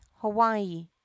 Hawaii